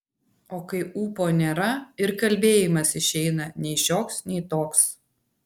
o kai ūpo nėra ir kalbėjimas išeina nei šioks nei toks